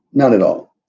not at all.